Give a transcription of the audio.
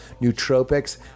nootropics